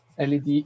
LED